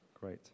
Great